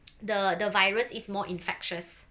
the the virus is more infectious